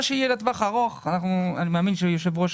מה שיהיה לטווח הארוך, אני מאמין שהיושב-ראש